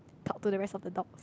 talk to the rest of the dog